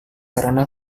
karena